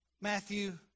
Matthew